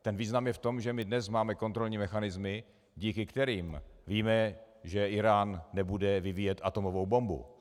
Ten význam je v tom, že my dnes máme kontrolní mechanismy, díky kterým víme, že Írán nebude vyvíjet atomovou bombu.